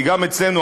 כי גם אצלנו,